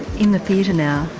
in the theatre now,